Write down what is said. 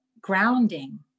grounding